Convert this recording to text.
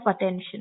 attention